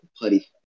Putty